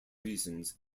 reasons